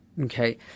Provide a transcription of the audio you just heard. okay